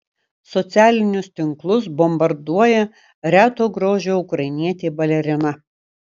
socialinius tinklus bombarduoja reto grožio ukrainietė balerina